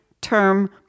term